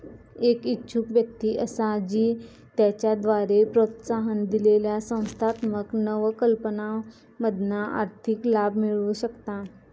एक इच्छुक व्यक्ती असा जी त्याच्याद्वारे प्रोत्साहन दिलेल्या संस्थात्मक नवकल्पनांमधना आर्थिक लाभ मिळवु शकता